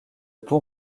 pont